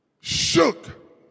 shook